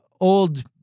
old